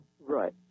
Right